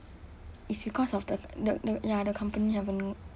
it's because of the the the ya the company haven't